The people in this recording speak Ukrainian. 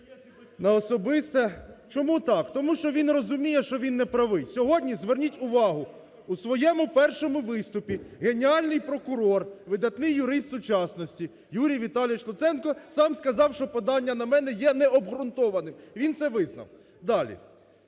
на особисте… Чому так? Тому що він розуміє, що він неправий. Сьогодні, зверніть увагу, у своєму першому виступі геніальний прокурор, видатний юрист сучасності Юрій Віталійович Луценко сам сказав, що подання на мене є необґрунтованим. Він це визнав. Далі.